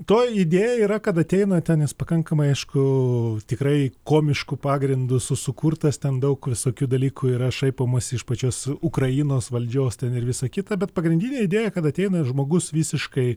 toji idėja yra kad ateina ten jis pakankamai aišku tikrai komišku pagrindu su sukurtas ten daug visokių dalykų yra šaipomasi iš pačios ukrainos valdžios ten ir visa kita bet pagrindinė idėja kad ateina žmogus visiškai